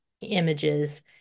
images